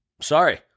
sorry